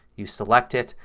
you select it,